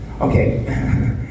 Okay